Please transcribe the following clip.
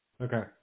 Okay